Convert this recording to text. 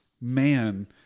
man